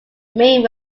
main